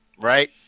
right